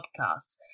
podcasts